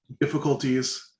difficulties